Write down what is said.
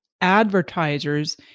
advertisers